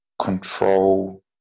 control